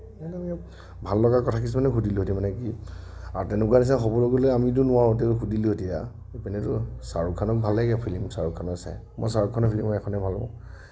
ভাল লগা কথা কিছুমানে সুধিলোঁহেতেন মানে কি আৰু তেনেকুৱা নিচিনা হ'বলৈ গ'লে আমিটো নোৱাৰোঁ তেওঁ সুধিলোঁ হয় এতিয়া এইপিনেতো শ্বাহৰুখ খানক ভাল লাগে ফিল্ম শ্বাহৰুখ খানৰ চাই মই শ্বাহৰুখ খানৰ ফিল্ম এখনেই ভাল পাওঁ